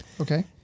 Okay